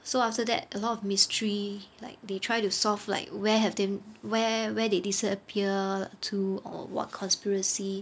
so after that a lot of mystery like they try to solve like where have the~ where where they disappear to or what conspiracy